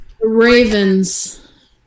Ravens